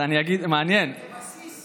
אין לו, אנא, את המיקרופון